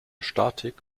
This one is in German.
statik